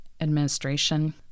administration